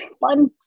fun